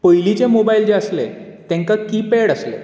पयलींचे मोबायल जे आसले तेंका की पॅड आसले